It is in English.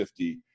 50